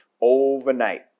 Overnight